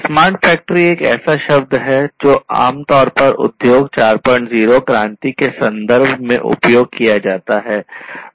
smart factory एक ऐसा शब्द है जो आमतौर पर उद्योग 40 क्रांति के संदर्भ में उपयोग किया जाता है